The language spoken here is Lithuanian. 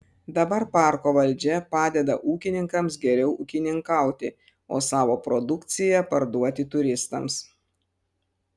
dabar parko valdžia padeda ūkininkams geriau ūkininkauti o savo produkciją parduoti turistams